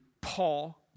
Paul